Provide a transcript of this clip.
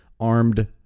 armed